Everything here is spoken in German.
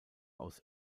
aus